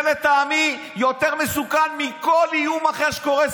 זה לטעמי יותר מסוכן מכל איום אחר שקורה סביבנו.